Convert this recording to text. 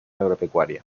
agropecuaria